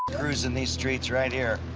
cruising these streets right here.